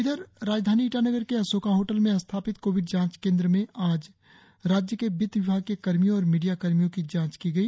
इधर राजधानी ईटानगर के अशोका होटल में स्थापित कोविड जांच केंद्र में आज राज्य के वित्त विभाग के कर्मियों और मीडिया कर्मियों की जांच की गई